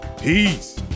Peace